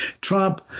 Trump